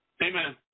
Amen